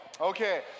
Okay